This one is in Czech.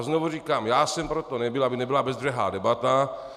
Znovu říkám, já jsem pro to nebyl, aby nebyla bezbřehá debata.